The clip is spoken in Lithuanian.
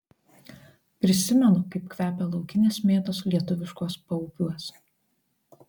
prisimenu kaip kvepia laukinės mėtos lietuviškuos paupiuos